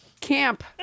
camp